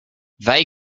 they